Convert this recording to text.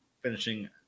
finishing